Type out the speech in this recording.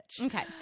okay